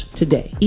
today